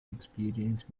experienced